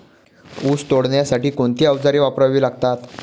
ऊस तोडणीसाठी कोणती अवजारे वापरावी लागतात?